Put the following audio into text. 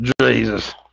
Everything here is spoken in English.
Jesus